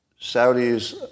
Saudis